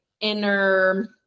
inner